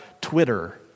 Twitter